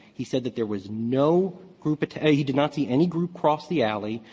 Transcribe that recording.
he said that there was no group attack he did not see any group cross the alley.